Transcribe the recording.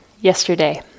yesterday